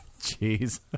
Jeez